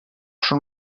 schon